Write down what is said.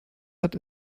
hat